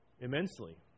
immensely